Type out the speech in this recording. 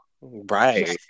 Right